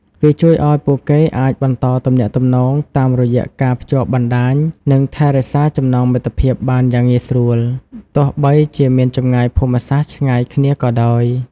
វាជួយឲ្យពួកគេអាចបន្តទំនាក់ទំនង តាមរយះការភ្ជាប់បណ្តាញ និងថែរក្សាចំណងមិត្តភាពបានយ៉ាងងាយស្រួល ទោះបីជាមានចម្ងាយភូមិសាស្ត្រឆ្ងាយគ្នាក៏ដោយ ។